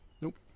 Nope